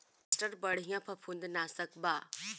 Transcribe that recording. Luster बढ़िया फंफूदनाशक बा